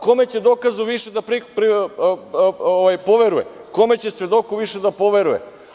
Kome će dokazu više da poveruje, kome će svedoku više da poveruje?